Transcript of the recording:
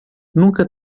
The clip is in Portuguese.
nunca